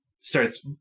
starts